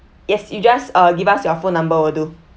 yes you just uh give us your phone number will do